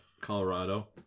Colorado